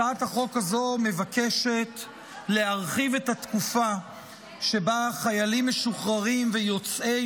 הצעת החוק הזו מבקשת להרחיב את התקופה שבה חיילים משוחררים ויוצאי